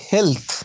Health